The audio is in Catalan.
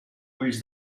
ulls